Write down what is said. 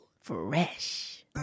Fresh